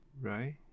right